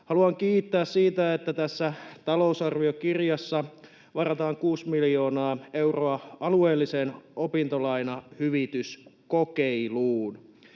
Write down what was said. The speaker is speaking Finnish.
Haluan kiittää siitä, että tässä talousarviokirjassa varataan kuusi miljoonaa euroa alueelliseen opintolainahyvityskokeiluun,